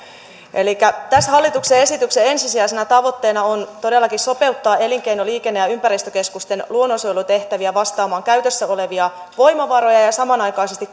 tässä hallituksen esityksen ensisijaisena tavoitteena on todellakin sopeuttaa elinkeino liikenne ja ympäristökeskusten luonnonsuojelutehtäviä vastaamaan käytössä olevia voimavaroja ja ja samanaikaisesti